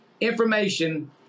information